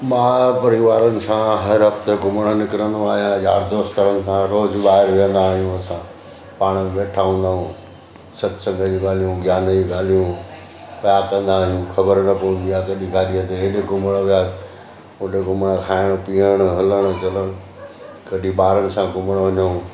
मां परिवारनि सां हर हफ़्ते घुमणु निकिरंदो आहियां यार दोस्तनि सां रोज़ु ॿाहिरि विहंदा आहियूं असां पाण में वेठा हूंदा आहियूं सतसंग जी ॻाल्हियूं ज्ञान जी ॻाल्हियूं छा कंदा आयूं ख़बर न पवंदी आहे कॾहिं गाॾीअ ते हेॾे घुमण विया होॾे घुमण खाइणु पियणु हलणु चलणु कॾहिं ॿारनि सां घुमण वञू